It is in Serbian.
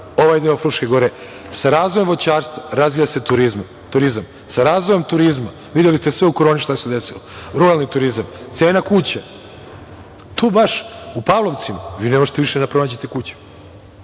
ovaj deo Fruške gore. Sa razvojem voćarstva razvija se turizam. Sa razvojem turizma videli ste u koroni šta se desilo, ruralni turizma, cena kuća, tu baš u Pavlovcima vi baš ne možete da nađete kuću.